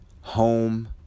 home